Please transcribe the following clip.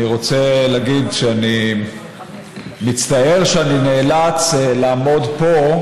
אני רוצה להגיד שאני מצטער שאני נאלץ לעמוד פה,